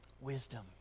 Wisdom